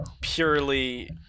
purely